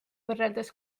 võrreldes